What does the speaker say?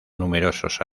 numerosos